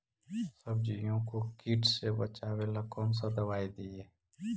सब्जियों को किट से बचाबेला कौन सा दबाई दीए?